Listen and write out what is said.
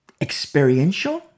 experiential